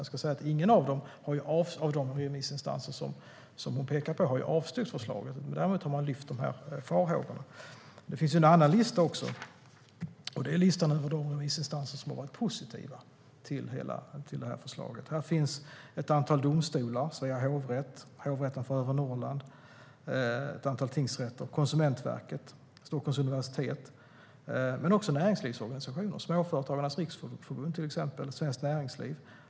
Jag vill säga att ingen av de remissinstanser som hon pekar på har avstyrkt förslaget. Däremot har de alltså lyft fram dessa farhågor. Det finns också en annan lista - listan över de remissinstanser som har varit positiva till förslaget. Här finns ett antal domstolar, Svea hovrätt, Hovrätten för Övre Norrland, ett antal tingsrätter, Konsumentverket och Stockholms universitet. Här finns också näringslivsorganisationer, till exempel Småföretagarnas Riksförbund och Svenskt Näringsliv.